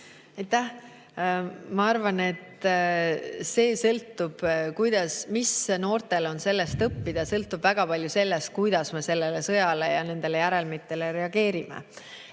Ma arvan, et see, mida noortel on sellest õppida, sõltub väga palju sellest, kuidas me sellele sõjale ja nendele järelmitele reageerime.